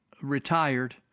retired